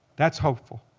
that's hopeful.